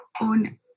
own